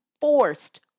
forced